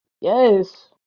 Yes